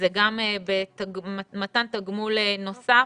גם במתן תגמול נוסף.